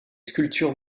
sculptures